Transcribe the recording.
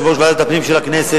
יושב-ראש ועדת הפנים של הכנסת,